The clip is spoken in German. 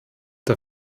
der